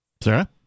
Sarah